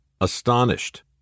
astonished